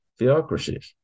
theocracies